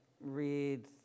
read